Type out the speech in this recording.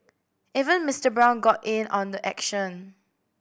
even Mister Brown got in on the action